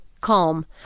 calm